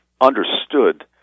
understood